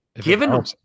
Given